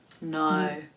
no